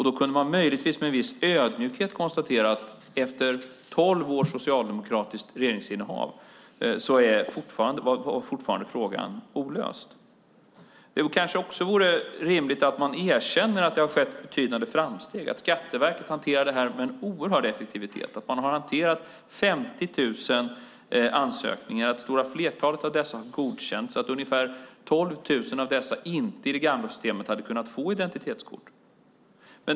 Då kunde man möjligtvis med en viss ödmjukhet konstatera att frågan fortfarande var olöst efter tolv års socialdemokratiskt regeringsinnehav. Det kanske också vore rimligt att man erkänner att det har skett betydande framsteg, att Skatteverket hanterar detta med en oerhörd effektivitet. Man har hanterat 50 000 ansökningar, och jag tror att flertalet av dessa har godkänts. Med det gamla systemet hade ungefär 12 000 av dessa inte kunnat få identitetskort.